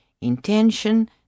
intention